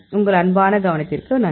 உங்கள் அன்பான கவனத்திற்கு நன்றி